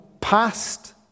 Past